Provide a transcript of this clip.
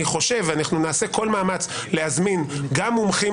אנחנו נעשה כל מאמץ להזמין גם מומחים